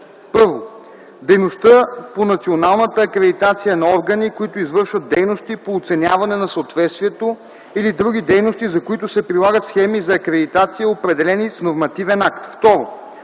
1. дейността по националната акредитация на органи, които извършват дейности по оценяване на съответствието или други дейности, за които се прилагат схеми за акредитация, определени с нормативен акт;